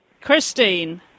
Christine